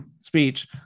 speech